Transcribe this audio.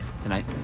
tonight